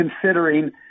considering